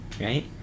right